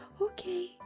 Okay